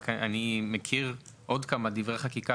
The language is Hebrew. אני מכיר עוד כמה דברי חקיקה,